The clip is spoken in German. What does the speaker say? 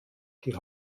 die